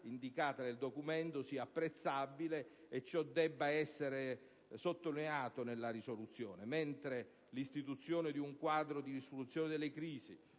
indicata nel documento sia apprezzabile e che ciò debba essere sottolineato nella risoluzione, mentre l'istituzione di un quadro di risoluzione delle crisi,